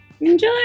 enjoy